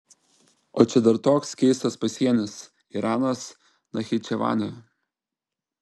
o čia dar toks keistas pasienis iranas nachičevanė